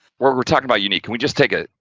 we're talking about unique, can we just take it,